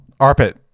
Arpit